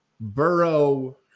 Burrow